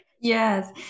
yes